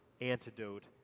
antidote